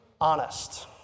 honest